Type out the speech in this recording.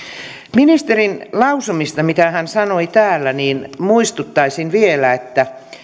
ministerin lausumista mitä hän sanoi täällä muistuttaisin vielä että